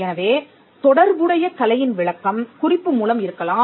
எனவே தொடர்புடைய கலையின் விளக்கம் குறிப்பு மூலம் இருக்கலாம்